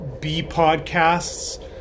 B-podcasts